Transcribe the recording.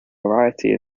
variety